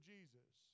Jesus